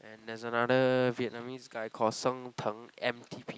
and there's another Vietnamese guy called M_T_P